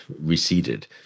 receded